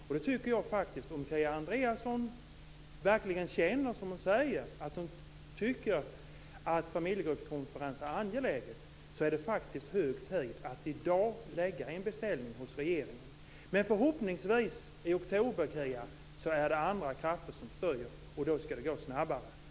Om Kia Andreasson verkligen tycker som hon säger, att det är angeläget med familjegruppskonferens är det faktiskt hög tid att lägga in om en beställning hos regeringen. Men förhoppningsvis är det andra krafter som styr här i oktober, och då skall det gå snabbare.